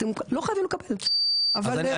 אתם לא חייבים לקבל את זה אבל.